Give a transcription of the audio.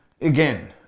again